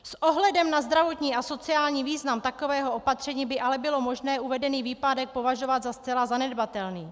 S ohledem na zdravotní a sociální význam takového opatření by ale bylo možné uvedený výpadek považovat za zcela zanedbatelný.